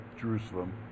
Jerusalem